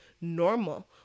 normal